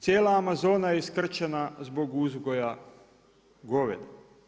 Cijela Amazona je iskrčena zbog uzgoja goveda.